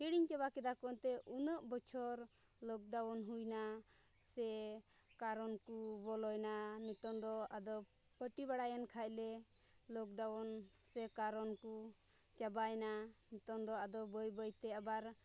ᱦᱤᱲᱤᱧ ᱪᱟᱵᱟ ᱠᱮᱫᱟ ᱠᱚ ᱮᱱᱛᱮᱫ ᱩᱱᱟᱹᱜ ᱵᱚᱪᱷᱚᱨ ᱞᱚᱠᱰᱟᱣᱩᱱ ᱦᱩᱭᱱᱟ ᱥᱮ ᱠᱟᱨᱚᱱ ᱠᱚ ᱵᱚᱞᱚᱭᱮᱱᱟ ᱱᱤᱛᱚᱝ ᱫᱚ ᱟᱫᱚ ᱯᱟᱹᱴᱤ ᱵᱟᱲᱟᱭᱮᱱ ᱠᱷᱟᱱ ᱞᱮ ᱞᱚᱠᱰᱟᱣᱩᱱ ᱥᱮ ᱠᱟᱨᱚᱱ ᱠᱚ ᱪᱟᱵᱟᱭᱮᱱᱟ ᱱᱤᱛᱚᱝ ᱫᱚ ᱟᱫᱚ ᱵᱟᱹᱭ ᱵᱟᱹᱭ ᱛᱮ ᱟᱵᱟᱨ